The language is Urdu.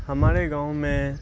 ہمارے گاؤں میں